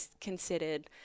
considered